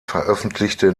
veröffentlichte